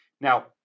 Now